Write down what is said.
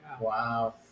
Wow